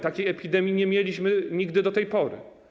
Takiej epidemii nie mieliśmy nigdy do tej pory.